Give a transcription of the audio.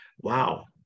wow